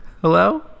Hello